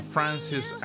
Francis